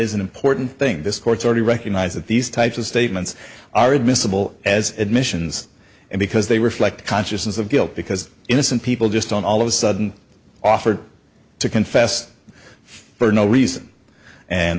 is an important thing this court's already recognize that these types of statements are admissible as admissions and because they reflect consciousness of guilt because innocent people just don't all of a sudden offered to confess for no reason and